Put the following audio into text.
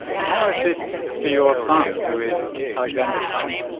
and how is this for your son who is alexandra's father?